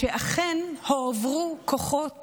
שאכן הועברו כוחות